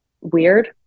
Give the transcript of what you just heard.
weird